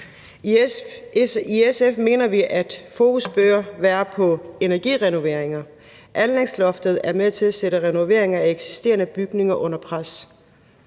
I SF mener vi, at fokus bør være på energirenoveringer. Anlægsloftet er med til at sætte renoveringer af eksisterende bygninger under pres,